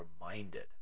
reminded